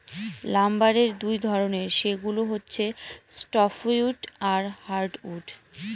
লাম্বারের দুই ধরনের, সেগুলা হচ্ছে সফ্টউড আর হার্ডউড